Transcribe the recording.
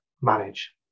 manage